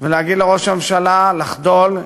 ולהגיד לראש הממשלה לחדול.